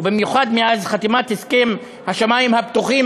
במיוחד מאז חתימת הסכם שמים פתוחים,